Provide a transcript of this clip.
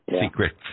secrets